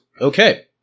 Okay